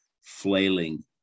flailing